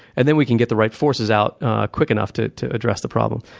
and then we can get the right forces out quick enough to to address the problem.